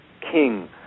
king